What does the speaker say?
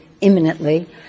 imminently